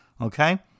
okay